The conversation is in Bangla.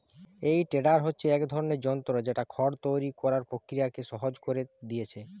এই টেডার হচ্ছে এক ধরনের যন্ত্র যেটা খড় তৈরি কোরার প্রক্রিয়াকে সহজ কোরে দিয়েছে